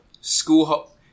school